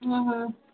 हाँ हाँ